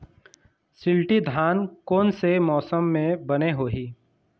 शिल्टी धान कोन से मौसम मे बने होही?